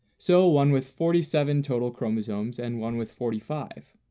so one with forty seven total chromosomes and one with forty five.